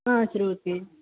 ஆ சரி ஓகே